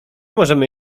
możemy